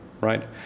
right